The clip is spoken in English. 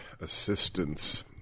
assistance